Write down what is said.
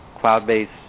cloud-based